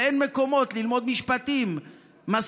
ואין מספיק מקומות ללמוד משפטים בנגב,